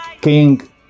King